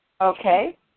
okay